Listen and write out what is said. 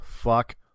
fuck